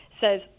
says